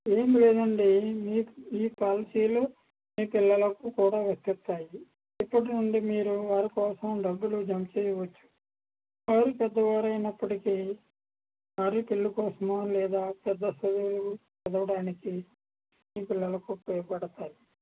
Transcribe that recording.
ఏం లేదండి మీ పాలసీలు మీ పిల్లలకు కూడా వర్తిస్తాయి ఇప్పటినుండి మీరు వారికోసం డబ్బులు జమ చేయవచ్చు వారు పెద్ద వాళ్ళు అయినప్పటికీ వారి పెళ్ళి కోసమో లేదా పెద్ద చదువులు చదవడానికి మీ పిల్లలకు ఉపయోగపడతాయి